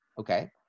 Okay